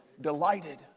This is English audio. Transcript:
Delighted